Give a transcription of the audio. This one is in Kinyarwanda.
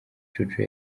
jojo